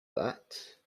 that